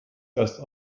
erst